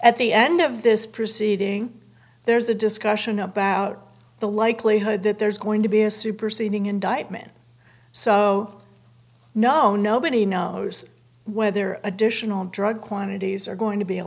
at the end of this proceeding there's a discussion about the likelihood that there's going to be a superseding indictment so no nobody knows whether additional drug quantities are going to be a